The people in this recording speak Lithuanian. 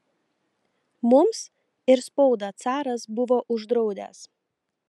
mums ir spaudą caras buvo uždraudęs